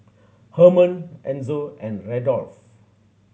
Herman Enzo and Randolph